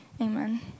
amen